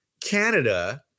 Canada –